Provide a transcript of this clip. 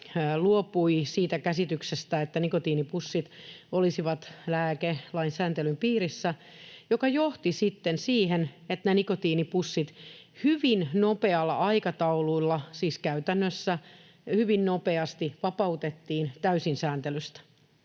luopui siitä käsityksestä, että nikotiinipussit olisivat lääkelain sääntelyn piirissä, mikä johti sitten siihen, että nämä nikotiinipussit hyvin nopealla aikataululla, siis käytännössä hyvin nopeasti, vapautettiin täysin sääntelystä.